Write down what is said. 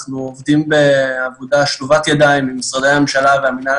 אנחנו עובדים בעבודה שלובת ידיים עם משרדי הממשלה והמינהל